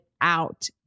out